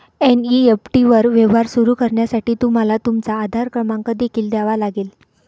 NEFT वर व्यवहार सुरू करण्यासाठी तुम्हाला तुमचा आधार क्रमांक देखील द्यावा लागेल